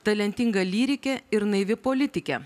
talentinga lyrikė ir naivi politikė